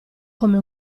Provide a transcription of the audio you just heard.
come